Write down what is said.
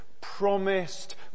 promised